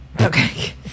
okay